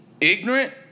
ignorant